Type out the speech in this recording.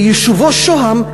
ביישובו שוהם,